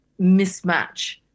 mismatch